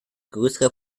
größere